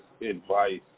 advice